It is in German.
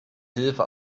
hilfe